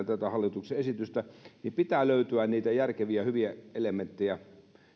tätä hallituksen esitystä nyt käsitellään ja pitää löytyä niitä järkeviä ja hyviä elementtejä